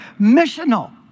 missional